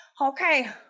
Okay